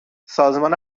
سازمان